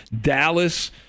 Dallas